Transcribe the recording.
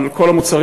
על כל המוצרים,